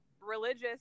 religious